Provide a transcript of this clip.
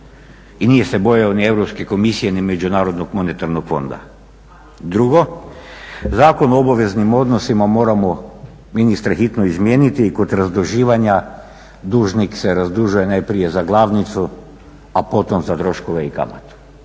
i nije se bojao ni Europske komisije ni MMF-a. Drugo, Zakon o obaveznim odnosima moramo ministre hitno izmijeniti i kod razduživanja dužnik se razdužuje najprije za glavnicu, a potom za troškove i kamatu.